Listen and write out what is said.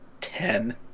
ten